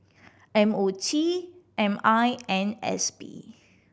M O T M I and S P